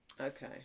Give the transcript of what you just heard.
okay